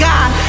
God